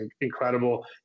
incredible